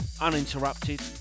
uninterrupted